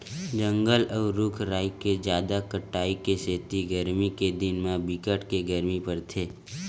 जंगल अउ रूख राई के जादा कटाई के सेती गरमी के दिन म बिकट के गरमी परथे